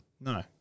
No